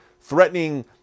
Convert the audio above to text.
threatening